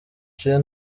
gen